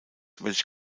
welche